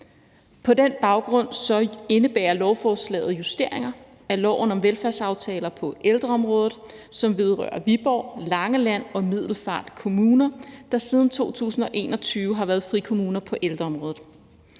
På den baggrund indebærer lovforslaget justeringer af loven om velfærdsaftaler på ældreområdet, som vedrører Viborg, Langeland og Middelfart Kommuner, der siden 2021 har været frikommuner på ældreområdet.